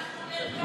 אנחנו לא שמאל,